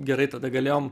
gerai tada galėjom